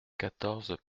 quatorze